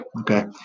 okay